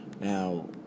Now